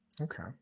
Okay